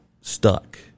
stuck